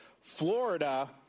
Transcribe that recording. Florida